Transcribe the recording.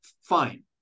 fine